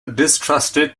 distrusted